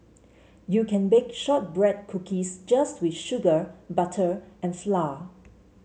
you can bake shortbread cookies just with sugar butter and flour